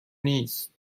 نیست